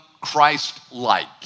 Christ-like